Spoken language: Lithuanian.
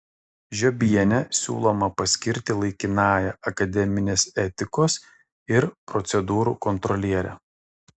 žiobienę siūloma paskirti laikinąja akademinės etikos ir procedūrų kontroliere